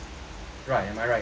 right am I right